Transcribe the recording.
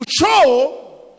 show